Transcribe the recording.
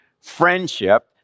friendship